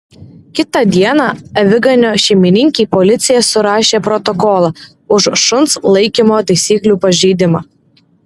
kitą dieną aviganio šeimininkei policija surašė protokolą už šuns laikymo taisyklių pažeidimą